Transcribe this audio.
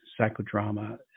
psychodrama